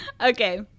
Okay